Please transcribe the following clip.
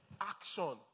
action